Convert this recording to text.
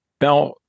now